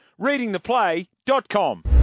Readingtheplay.com